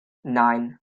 nein